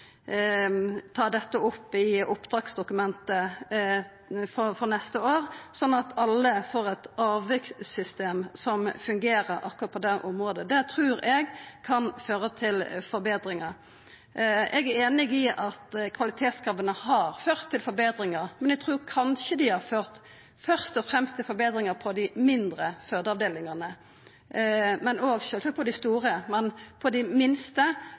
alle får eit avvikssystem som fungerer akkurat på dette området. Det trur eg kan føra til forbetringar. Eg er einig i at kvalitetskrava har ført til forbetringar, men eg trur kanskje dei først og fremst har ført til forbetringar på dei mindre fødeavdelingane – òg sjølvsagt på dei store, men på dei minste